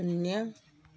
शून्य